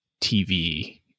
TV